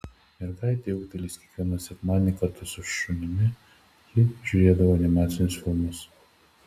mergaitei ūgtelėjus kiekvieną sekmadienį kartu su šunimi ji žiūrėdavo animacinius filmus